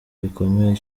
gikomeye